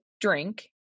drink